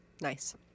Nice